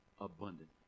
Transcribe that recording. abundant